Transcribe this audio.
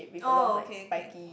oh okay okay